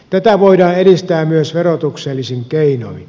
tätä voidaan edistää myös verotuksellisin keinoin